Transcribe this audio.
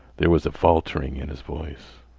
there was a faltering in his voice.